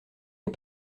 les